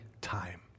time